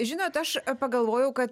žinot aš pagalvojau kad